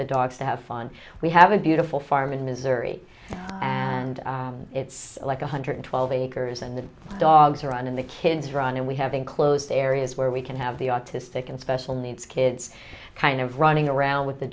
the dogs to have fun we have a beautiful farm in missouri and it's like one hundred twelve acres and the dogs are on and the kids run and we have enclosed areas where we can have the autistic and special needs kids kind of running around with the